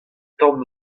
tamm